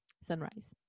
sunrise